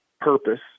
purpose